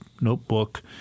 notebook